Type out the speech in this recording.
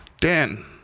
dan